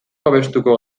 babestuko